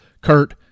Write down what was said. Kurt